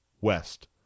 West